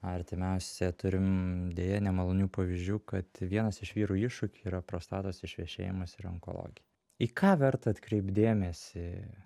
artimiausia turim deja nemalonių pavyzdžių kad vienas iš vyrų iššūkių yra prostatos išvešėjimas ir onkologija į ką verta atkreipt dėmesį